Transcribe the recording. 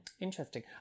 Interesting